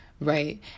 right